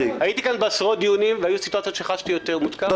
הייתי כאן בעשרות דיונים והיו סיטואציות בהן חשתי יותר מותקף.